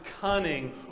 cunning